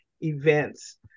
events